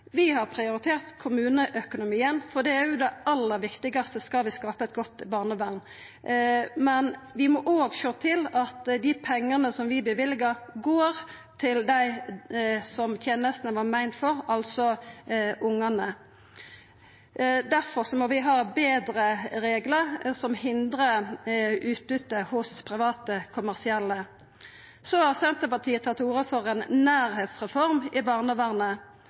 Vi har prioritert kommuneøkonomien, for det er det aller viktigaste skal vi skapa eit godt barnevern. Men vi må òg sjå til at dei pengane som vi løyver, går til dei som tenestene er meint for, altså ungane. Difor må vi ha betre reglar som hindrar utbytte hos private kommersielle. Senterpartiet har tatt til orde for ein nærleiksreform i barnevernet.